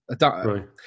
Right